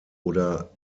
oder